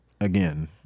again